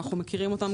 אנחנו מכירים אותם,